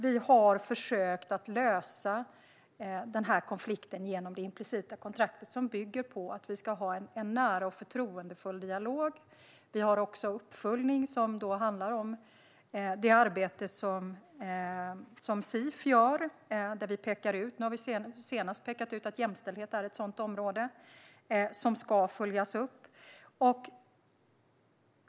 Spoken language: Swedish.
Vi har försökt lösa denna konflikt genom det implicita kontrakt som bygger på att vi ska ha en nära och förtroendefull dialog. Vi har också uppföljning som handlar om det arbete som CIF gör, där vi pekar ut områden. Nu senast har vi pekat ut att jämställdhet är ett sådant område som ska följas upp.